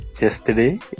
Yesterday